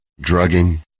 drugging